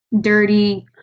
dirty